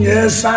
Yes